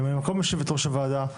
ממלא מקום יושבת ראש הוועדה,